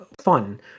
fun